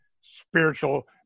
spiritual